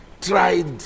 tried